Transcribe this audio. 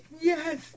Yes